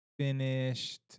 finished